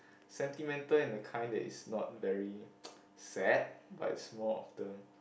sentimental in the kind that is not very sad but it's more of the